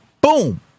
boom